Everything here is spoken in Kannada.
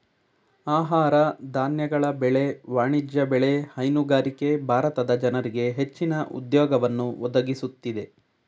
ಆಹಾರ ಧಾನ್ಯಗಳ ಬೆಳೆ, ವಾಣಿಜ್ಯ ಬೆಳೆ, ಹೈನುಗಾರಿಕೆ ಭಾರತದ ಜನರಿಗೆ ಹೆಚ್ಚಿನ ಉದ್ಯೋಗವನ್ನು ಒದಗಿಸುತ್ತಿದೆ